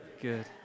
Good